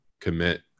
commit